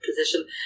position